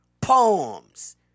Poems